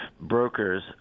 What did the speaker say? brokers